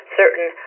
certain